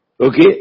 Okay